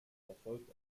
erfolgt